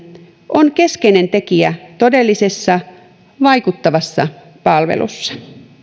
on keskeinen tekijä todellisessa vaikuttavassa palvelussa